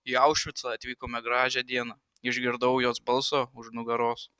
į aušvicą atvykome gražią dieną išgirdau jos balsą už nugaros